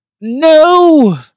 No